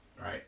right